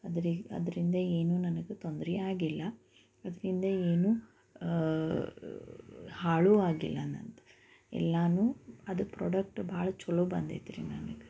ಅದ್ರೆ ಅದರಿಂದ ಏನೂ ನನಗೆ ತೊಂದ್ರೆ ಆಗಿಲ್ಲ ಅದರಿಂದ ಏನೂ ಹಾಳೂ ಆಗಿಲ್ಲ ನನ್ನದು ಎಲ್ಲವೂ ಅದು ಪ್ರೊಡಕ್ಟ್ ಭಾಳ ಚಲೋ ಬಂದೈತ್ರಿ ನನಗೆ